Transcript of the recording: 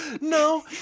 No